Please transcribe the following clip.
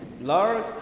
Lord